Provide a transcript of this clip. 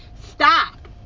Stop